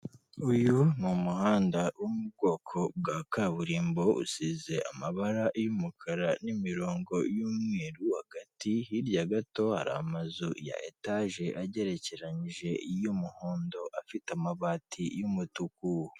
Uyu ni umuhanda wo mu bwoko bwa kaburimbo, usize amabara y'umukara, n'imirongo y'umweru hagati, hirya gato hari amazu ya etaje, agerekeranije y'umuhondo, afite amabati y'umutuku.